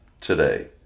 today